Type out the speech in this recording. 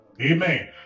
Amen